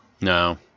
No